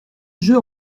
jeu